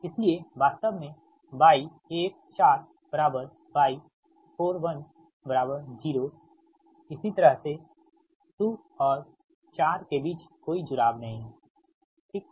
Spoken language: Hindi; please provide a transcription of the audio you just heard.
इसलिए वास्तव में Y14Y410 इसी तरह से 2 और 4 के बीच कोई जुड़ाव नहीं है ठीक है